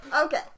Okay